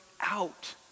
out